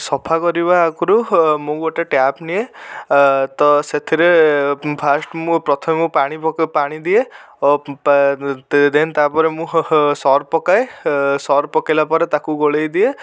ସଫା କରିବା ଆଗରୁ ମୁଁ ଗୋଟେ ଟ୍ୟାପ୍ ନିଏ ତ ସେଥିରେ ଫାଷ୍ଟ୍ ମୁଁ ପ୍ରଥମେ ମୁଁ ପାଣି ପକ ପାଣି ଦିଏ ଦେନ୍ ତା'ପରେ ମୁଁ ସର୍ଫ ପକାଏ ସର୍ଫ ପକେଇଲା ପରେ ତାକୁ ଗୋଳେଇ ଦିଏ